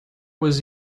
was